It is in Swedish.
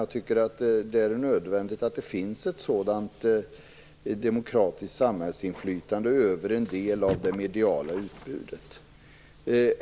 Jag tycker att det är nödvändigt att det finns ett demokratiskt samhällsinflytande över en del av det mediala utbudet.